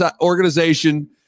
organization